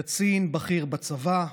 קצין בכיר בצבא,